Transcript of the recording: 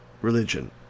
religion